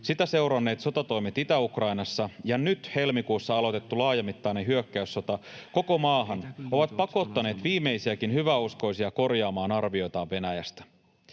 sitä seuranneet sotatoimet Itä-Ukrainassa ja nyt helmikuussa aloitettu laajamittainen hyökkäyssota koko maahan ovat pakottaneet viimeisiäkin hyväuskoisia korjaamaan arvioitaan Venäjästä.